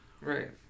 right